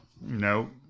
No